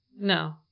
No